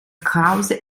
krause